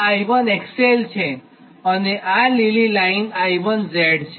આ I1XL છે અને આ લીલી લાઇન I1Z છે